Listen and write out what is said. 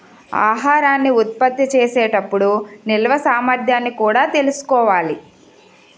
ఆహారాన్ని ఉత్పత్తి చేసే టప్పుడు నిల్వ సామర్థ్యాన్ని కూడా తెలుసుకోవాలి